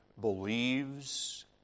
believes